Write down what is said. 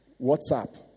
WhatsApp